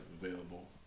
available